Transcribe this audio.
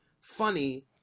funny